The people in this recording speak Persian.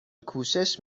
کوشش